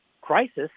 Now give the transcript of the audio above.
crisis